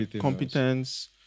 competence